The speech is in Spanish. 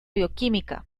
bioquímica